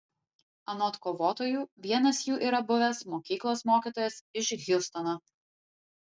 anot kovotojų vienas jų yra buvęs mokyklos mokytojas iš hjustono